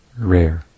rare